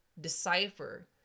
decipher